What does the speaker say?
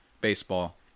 baseball